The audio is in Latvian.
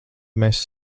mēs